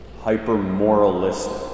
Hyper-moralistic